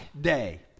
Day